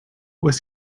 was